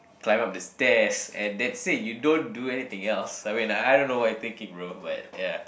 climb up the stairs and that's it you don't do anything else I mean like I don't know what you thinking bro but ya